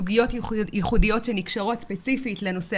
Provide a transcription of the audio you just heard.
סוגיות ייחודיות שנקשרות ספציפית לנושא